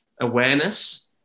awareness